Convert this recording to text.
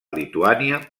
lituània